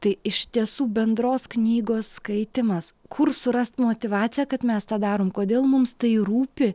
tai iš tiesų bendros knygos skaitymas kur surast motyvaciją kad mes tą darom kodėl mums tai rūpi